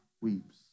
weeps